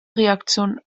reaktion